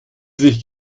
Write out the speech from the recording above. sich